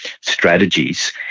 strategies